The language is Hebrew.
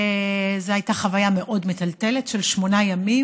זו הייתה חוויה מאוד מטלטלת של שמונה ימים,